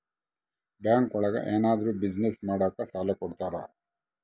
bank ಒಳಗ ಏನಾದ್ರೂ business ಮಾಡಾಕ ಸಾಲ ಕೊಡ್ತಾರ